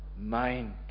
mind